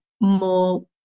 more